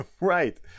Right